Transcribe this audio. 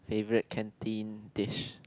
favourite canteen dish